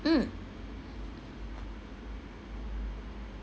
mm